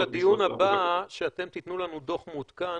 לדיון הבא שאתם תיתנו לנו דוח מעודכן